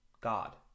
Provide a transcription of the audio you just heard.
God